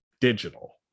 digital